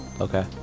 Okay